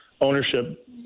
ownership